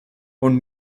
und